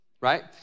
right